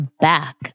back